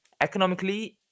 economically